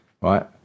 right